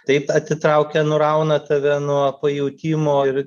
taip atitraukia nurauna tave nuo pajautimo ir